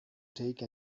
take